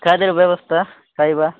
ଖାଦ୍ୟର ବ୍ୟବସ୍ଥା ଖାଇବା